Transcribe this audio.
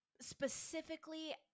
specifically